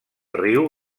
riu